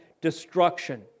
destruction